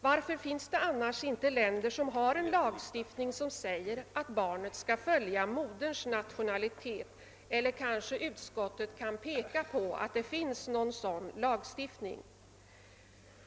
Varför finns det annars inte länder som har en lagstiftning som innebär att barnet skall följa moderns nationalitet, eller kan utskottet kanske peka på att det finns någon sådan lagstiftning?